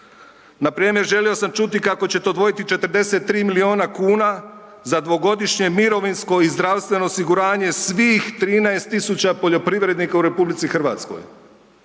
Npr. želi samo čuti kako ćete odvojiti 43 milina kuna za dvogodišnje mirovinsko i zdravstveno osiguranje svih 13.000 poljoprivrednika u RH i na taj